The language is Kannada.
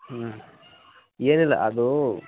ಹ್ಞೂ ಏನಿಲ್ಲ ಅದು